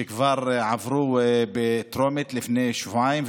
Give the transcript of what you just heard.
שכבר עברו בטרומית לפני שבועיים.